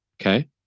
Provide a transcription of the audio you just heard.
Okay